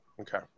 Okay